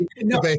No